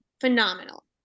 phenomenal